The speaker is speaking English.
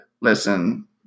listen